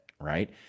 right